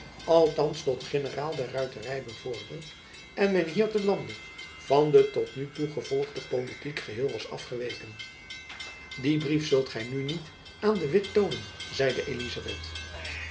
althands tot generaal der ruitery bevorderd en men hier te lande van de tot nu toe gevolgde politiek geheel was afgeweken dien brief zult gy nu niet aan de witt toonen zeide elizabeth